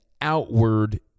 outward